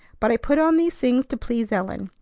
but i put on these things to please ellen.